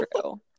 true